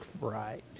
Right